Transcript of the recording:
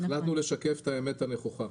הצלחנו לשקף את האמת הנכוחה.